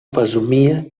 fesomia